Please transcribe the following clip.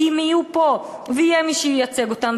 כי הן יהיו פה ויהיה מי שייצג אותן,